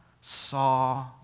saw